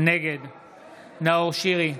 נגד נאור שירי,